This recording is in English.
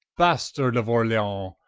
bastard of orleance,